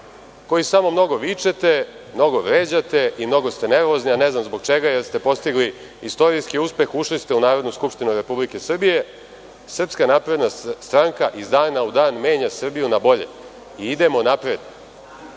koji samo mnogo vičete, mnogo vređate i mnogo ste nervozni, a ne znam zbog čega, jer ste postigli istorijski uspeh, ušli ste u Narodnu skupštinu Republike Srbije, SNS iz dana u dan menja Srbiju na bolje i idemo napred.